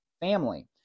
family